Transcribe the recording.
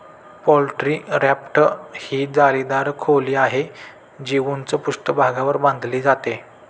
poultry raft ही जाळीदार खोली आहे, जी उंच पृष्ठभागावर बांधली जाते